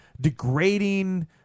Degrading